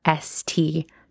st